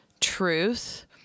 truth